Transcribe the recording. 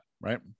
Right